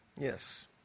Yes